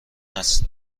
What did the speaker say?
است